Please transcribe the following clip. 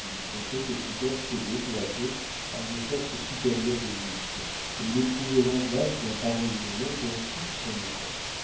il sentait que son corps cédait peu à peu à une force supérieure de muscles et il éprouvait l'angoisse d'un pareil moment dans toute son horreur